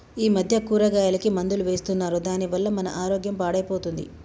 ఈ మధ్య కూరగాయలకి మందులు వేస్తున్నారు దాని వల్ల మన ఆరోగ్యం పాడైపోతుంది